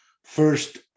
First